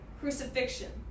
crucifixion